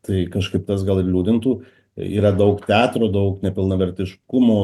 tai kažkaip tas gal ir liūdintų yra daug teatro daug nepilnavertiškumo